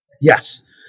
Yes